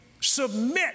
submit